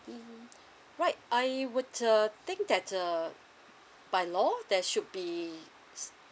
mm right I would uh think that uh by law that should be